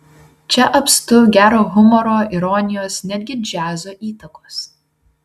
čia apstu gero humoro ironijos netgi džiazo įtakos